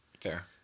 Fair